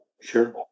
Sure